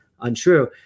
untrue